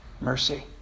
mercy